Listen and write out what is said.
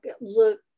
look